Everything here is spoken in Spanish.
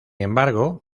embargo